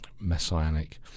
messianic